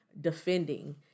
defending